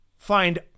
Find